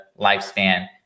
lifespan